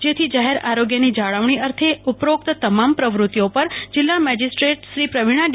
જેથી જાહેર આરોગ્યની જાળવણી અર્થે ઉપરોકત તમામ પ્રવૃતિઓ પર જિલ્લા મેજીસ્ટ્રેટશ્રી પ્રવિણા ડી